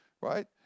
right